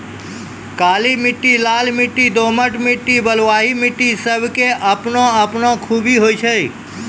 काली मिट्टी, लाल मिट्टी, दोमट मिट्टी, बलुआही मिट्टी सब के आपनो आपनो खूबी होय छै